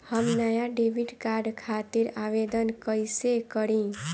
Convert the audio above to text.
हम नया debit card खातिर आवेदन कईसे करी?